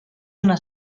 una